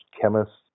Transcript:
chemists